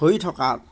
হৈ থকা